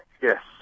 Yes